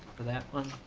for that fund?